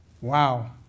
Wow